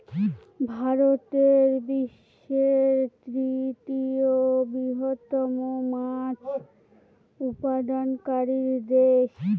ভারত বিশ্বের তৃতীয় বৃহত্তম মাছ উৎপাদনকারী দেশ